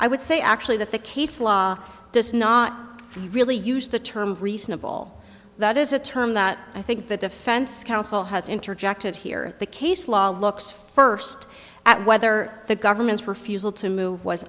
i would say actually that the case law does not really use the term reasonable that is a term that i think the defense counsel has interjected here the case law looks first at whether the government's refusal to move was